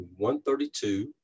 132